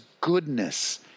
goodness